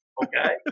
okay